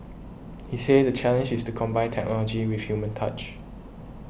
he said the challenge is to combine technology with human touch